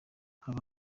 aba